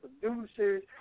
producers